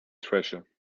treasure